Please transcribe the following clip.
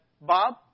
Bob